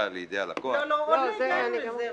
לידי הלקוח --- עוד לא הגענו לזה.